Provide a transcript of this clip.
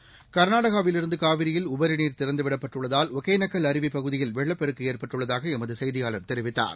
seconds கர்நாடகாவிலிருந்து காவிரியில் உபரிநீர் திறந்துவிடப்பட்டுள்ளதால் ஒகேனக்கல் அருவி பகுதியில் வெள்ளப்பெருக்கு ஏற்பட்டுள்ளதாக எமது செய்தியாளர் தெரிவித்தார்